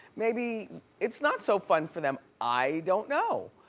maybe it's not so fun for them. i don't know.